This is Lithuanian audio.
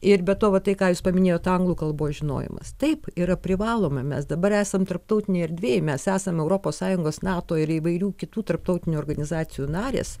ir be to va tai ką jūs paminėjot anglų kalbos žinojimas taip yra privaloma mes dabar esam tarptautinėj erdvėj mes esam europos sąjungos nato ir įvairių kitų tarptautinių organizacijų narės